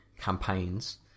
campaigns